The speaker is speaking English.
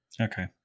Okay